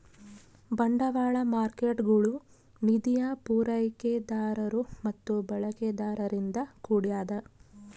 ಬಂಡವಾಳ ಮಾರ್ಕೇಟ್ಗುಳು ನಿಧಿಯ ಪೂರೈಕೆದಾರರು ಮತ್ತು ಬಳಕೆದಾರರಿಂದ ಕೂಡ್ಯದ